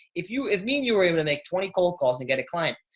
if you, if me and you were able to make twenty cold calls and get a client,